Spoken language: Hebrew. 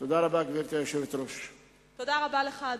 תודה רבה לך,